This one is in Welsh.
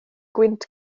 gwynt